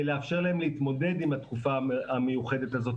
לאפשר להם להתמודד עם התקופה המיוחדת הזאת,